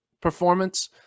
performance